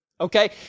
Okay